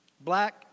Black